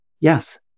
yes